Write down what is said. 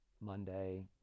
Monday